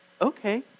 okay